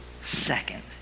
second